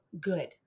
good